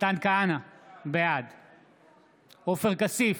מתן כהנא, בעד עופר כסיף,